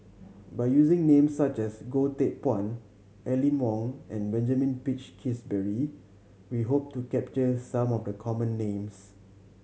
by using names such as Goh Teck Phuan Aline Wong and Benjamin Peach Keasberry we hope to capture some of the common names